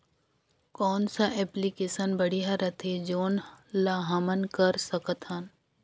कौन सा एप्लिकेशन बढ़िया रथे जोन ल हमन कर सकथन?